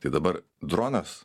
tai dabar dronas